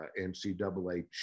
NCAA